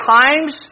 times